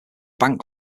bank